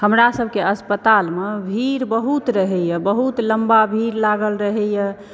हमरा सबके अस्पतालमे भीड़ बहुत रहैया बहुत लम्बा भीड़ लागल रहैया